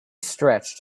stretch